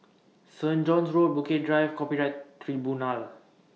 Saint John's Road Bukit Drive Copyright Tribunal